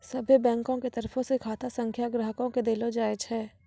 सभ्भे बैंको के तरफो से खाता संख्या ग्राहको के देलो जाय छै